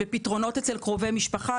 בפתרונות אצל קרובי משפחה.